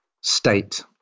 state